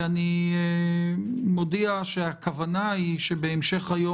אני מודיע שהכוונה היא שבהמשך היום